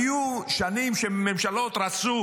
היו שנים שממשלות רצו